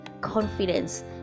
confidence